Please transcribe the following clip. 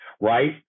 right